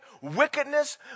wickedness